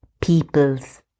peoples